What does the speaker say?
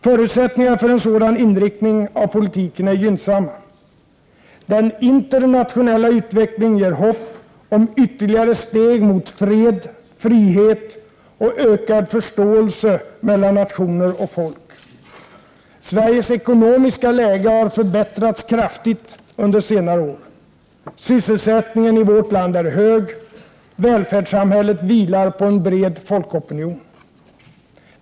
Förutsättningar för en sådan inriktning av politiken är gynnsamma: Den internationella utvecklingen ger hopp om ytterligare steg mot fred, frihet och ökad förståelse mellan nationer och folk. Sveriges ekonomiska läge har kraftigt förbättrats under senare år. Sysselsättningen i vårt land är hög. Välfärdssamhället vilar på en bred folkopinion.